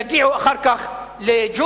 יגיעו אחר כך לג'ומס,